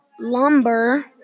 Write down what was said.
lumber